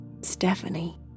Stephanie